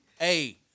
Hey